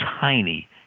tiny